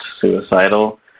suicidal